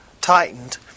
tightened